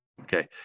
Okay